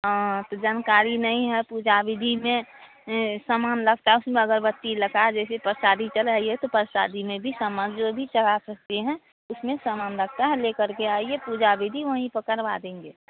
हाँ तो जानकारी नहीं है पूजा विधि में सामान लगता है उसमें अगरबत्ती लगा जैसे प्रसाद चाहिए तो प्रसाद में भी सामान जो भी चढ़ा सकते हैं उसमें सामान लगता है लेकर करके आइए पूजा विधि वहीं पर करवा देंगे